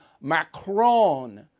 Macron